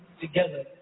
together